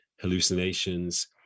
hallucinations